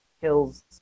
kills